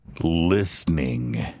listening